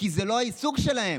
כי זה לא העיסוק שלהם.